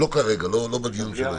לא כרגע, לא בדיון של היום.